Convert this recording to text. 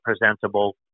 presentable